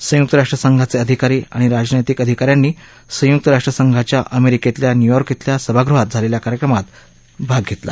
संयुक्त राष्ट्रसंघाचे अधिकारी आणि राजनैतिक अधिकाऱ्यांनी संयुक्त राष्ट्रसंघाच्या अमेरिकेतल्या न्यूयॉर्क ब्रिल्या सभागृहात झालेल्या कार्यक्रमात भाग घेतला